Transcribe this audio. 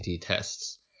tests